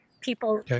people